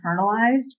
internalized